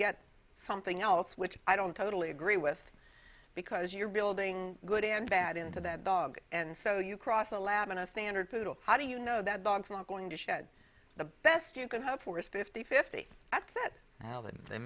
get something else which i don't totally agree with because you're building good and bad into that dog and so you cross a lab and a standard poodle how do you know that gone from are going to shed the best you can hope for is fifty fifty that's it wow that they